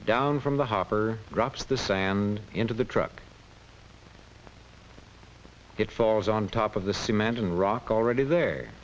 down from the hopper drops the sand into the truck it falls on top of the cement and rock already there